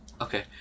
Okay